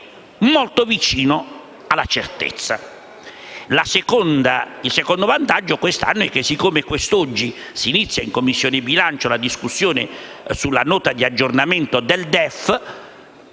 molto vicina alla certezza. Il secondo vantaggio quest'anno è che, siccome quest'oggi si inizia in Commissione bilancio la discussione sulla Nota di aggiornamento del DEF,